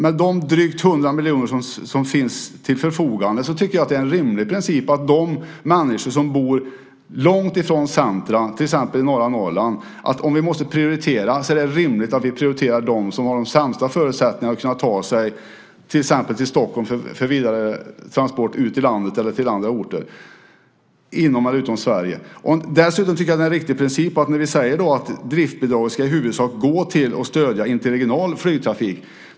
Med de drygt 100 miljoner som finns till förfogande tycker jag att det är en rimlig princip att prioritera de människor som bor långt ifrån centrum, till exempel i norra Norrland. Om vi måste prioritera är det rimligt att vi prioriterar dem som har de sämsta förutsättningarna att kunna ta sig till exempelvis Stockholm för vidare transport till andra orter inom eller utanför Sverige. Dessutom tycker jag att det är en riktig princip att vi säger att driftsbidrag i huvudsak ska gå till att stödja interregional flygtrafik.